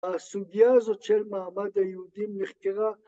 ‫הסוגיה הזאת של מעמד היהודים נחקרה...